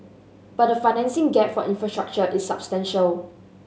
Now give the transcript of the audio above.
but the financing gap for infrastructure is substantial